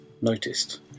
noticed